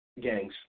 gangs